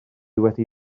wedi